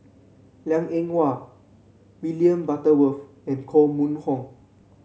Liang Eng Hwa William Butterworth and Koh Mun Hong